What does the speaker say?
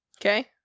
Okay